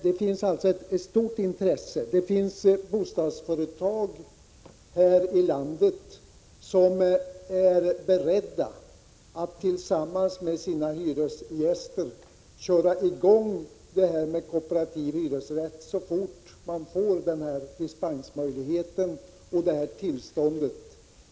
Det finns alltså ett stort intresse, och det finns bostadsföretag i landet som är beredda att tillsammans med sina hyresgäster starta försöksverksamhet med kooperativ hyresrätt så fort man får dispens och tillstånd.